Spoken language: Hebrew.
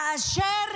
כאשר